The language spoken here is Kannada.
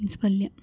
ಬೀನ್ಸ್ ಪಲ್ಯ